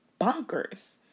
bonkers